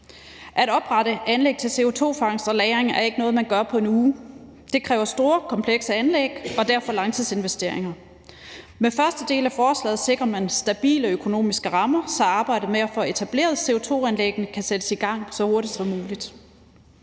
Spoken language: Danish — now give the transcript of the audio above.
At oprette anlæg til CO2-fangst og -lagring er ikke noget, man gør på en uge. Det kræver store komplekse anlæg og derfor langtidsinvesteringer. Med første del af forslaget sikrer man stabile økonomiske rammer, så arbejdet med at få etableret CO2-anlæggene kan sættes i gang så hurtigt som muligt.